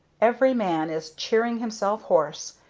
every man is cheering himself hoarse.